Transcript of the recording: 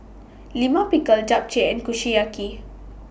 Lima Pickle Japchae and Kushiyaki